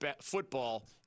football